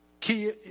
key